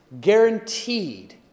guaranteed